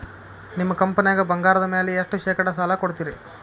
ನಿಮ್ಮ ಕಂಪನ್ಯಾಗ ಬಂಗಾರದ ಮ್ಯಾಲೆ ಎಷ್ಟ ಶೇಕಡಾ ಸಾಲ ಕೊಡ್ತಿರಿ?